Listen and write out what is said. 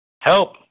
Help